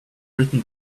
written